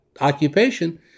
occupation